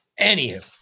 Anywho